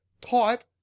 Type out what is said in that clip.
type